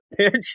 bitch